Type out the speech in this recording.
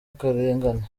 akarengane